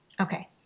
Okay